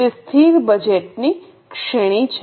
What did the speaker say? તે સ્થિર બજેટની શ્રેણી છે